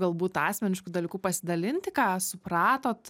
galbūt asmenišku dalyku pasidalinti ką supratot